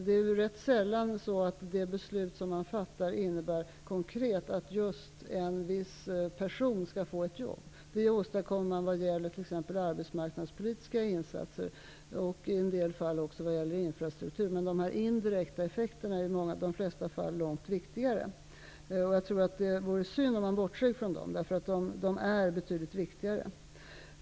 Det beslut som man fattar innebär rätt sällan konkret att just en viss person skall få ett jobb. Det åstadkoms t.ex. genom arbetsmarknadspolitiska insatser och i en del fall via infrastruktursatsningar. Men de indirekta effekterna är i de flesta fall långt viktigare. Därför vore det synd att bortse från dem.